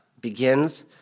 begins